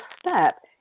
step